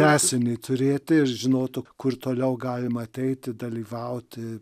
tęsinį turėti ir žinotų kur toliau galima ateiti dalyvauti